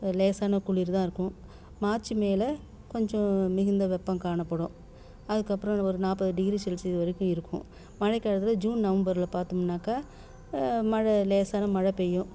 லேசான குளிர் தான் இருக்கும் மார்ச்சு மேலே கொஞ்சோம் மிகுந்த வெப்பம் காணப்படும் அதுக்கப்புறம் ஒரு நாற்பது டிகிரி செல்ஷியஸ் வரைக்கும் இருக்கும் மழைக் காலத்தில் ஜூன் நவம்பரில் பார்த்தோம்னாக்கா மழை லேசான மழை பெய்யும்